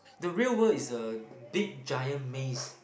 the real world is a big giant maze